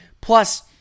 Plus